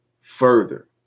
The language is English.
further